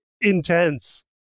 intense